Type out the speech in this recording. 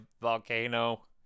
volcano